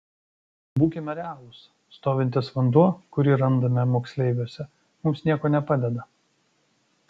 būkime realūs stovintis vanduo kurį randame moksleiviuose mums nieko nepadeda